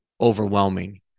overwhelming